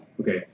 okay